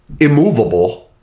immovable